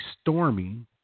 Stormy